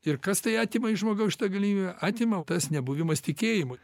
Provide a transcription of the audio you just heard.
ir kas tai atima iš žmogaus šitą galimybę atima tas nebuvimas tikėjimui